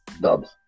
dubs